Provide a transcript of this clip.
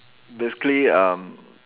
basically um